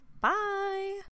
Bye